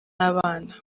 abana